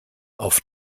auf